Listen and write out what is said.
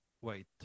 wait